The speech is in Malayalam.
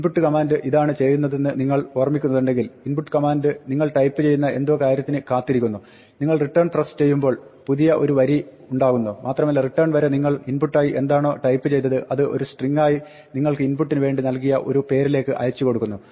ഇൻപുട്ട് കമാന്റ് ഇതാണ് ചെയ്യുന്നതെന്ന് നിങ്ങൾ ഓർമ്മിക്കുന്നുണ്ടെങ്കിൽ ഇൻപുട്ട് കമാന്റ് നിങ്ങൾ ടൈപ്പ് ചെയ്യുന്ന എന്തോ കാര്യത്തിന് കാത്തിരിക്കുന്നു നിങ്ങൾ റിട്ടേൺ പ്രസ്സ് ചെയ്യുമ്പോൾ പുതിയ ഒരു വരി ഉണ്ടാകുന്നു മാത്രമല്ല റിട്ടേൺ വരെ നിങ്ങൾ ഇൻപുട്ടായി എന്താണോ ടൈപ്പ് ചെയ്തത് അത് ഒരു സ്ട്രിങ്ങായി നിങ്ങൾ ഇൻപുട്ടിന് വേണ്ടി നൽകിയ ഒരു പേരിലേക്ക് അയച്ചുകൊടുക്കുന്നു